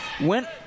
Went